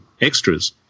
extras